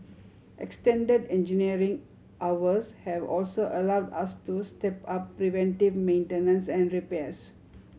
extended engineering hours have also allowed us to step up preventive maintenance and repairs